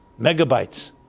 Megabytes